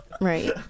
Right